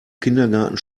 kindergarten